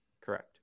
correct